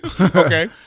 Okay